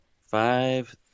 Five